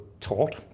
taught